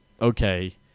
okay